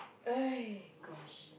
eh gosh